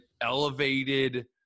elevated